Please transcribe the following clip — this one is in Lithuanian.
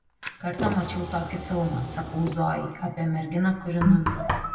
kartą mačiau tokį filmą sakau zojai apie merginą kuri numirė